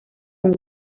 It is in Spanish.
con